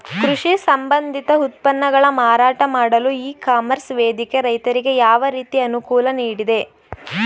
ಕೃಷಿ ಸಂಬಂಧಿತ ಉತ್ಪನ್ನಗಳ ಮಾರಾಟ ಮಾಡಲು ಇ ಕಾಮರ್ಸ್ ವೇದಿಕೆ ರೈತರಿಗೆ ಯಾವ ರೀತಿ ಅನುಕೂಲ ನೀಡಿದೆ?